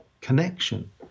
connection